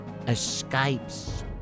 Escapes